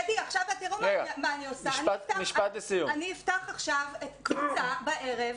אני אפתח עכשיו קבוצה בערב,